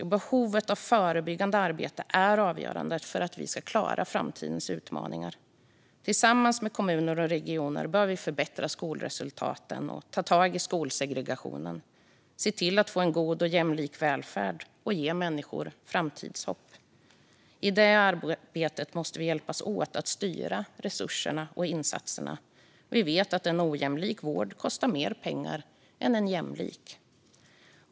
Jo, förebyggande arbete är avgörande för att vi ska klara framtidens utmaningar. Tillsammans med kommuner och regioner behöver vi förbättra skolresultaten och ta tag i skolsegregationen, se till att få en god och jämlik välfärd och ge människor framtidshopp. I det arbetet måste vi hjälpas åt att styra resurserna och insatserna. Vi vet att en ojämlik vård kostar mer pengar än en jämlik.